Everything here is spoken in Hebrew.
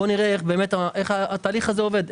בואו נראה איך באמת התהליך הזה עובד,